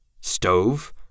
Stove